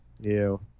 Ew